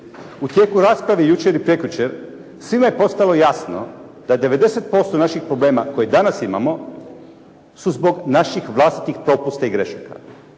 U tijeku rasprave jučer i prekjučer svima je postalo jasno da 90% naših problema koje danas imamo su zbog naših vlastitih propusta i grešaka,